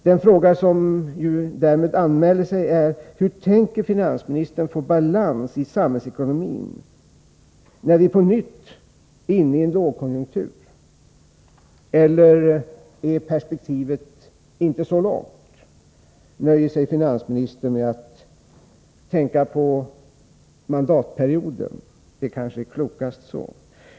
Den fråga som anmäler sig är: Hur tänker finansministern få balans i samhällsekonomin, när vi på nytt är inne i en lågkonjunktur — eller är perspektivet inte så långt? Nöjer sig finansministern med att tänka på mandatperioden? Det kanske är klokast så.